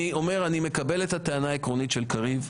אני אומר שאני מקבל את הטענה העקרונית של קריב.